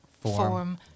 form